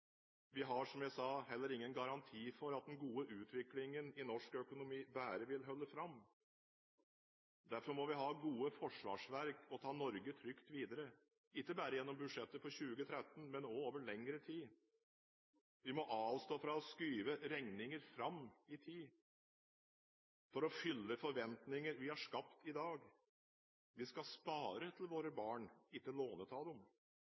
Vi har, som jeg sa, heller ingen garanti for at den gode utviklingen i norsk økonomi bare vil fortsette. Derfor må vi ha gode forsvarsverk og ta Norge trygt videre, ikke bare gjennom budsjettet for 2013, men også over lengre tid. Vi må avstå fra å skyve regninger fram i tid for å fylle forventninger vi har skapt i dag. Vi skal spare til